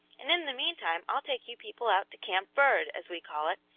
and in the mean time i'll take you people out to camp bird, as we call it,